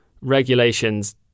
regulations